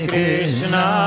Krishna